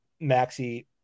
maxi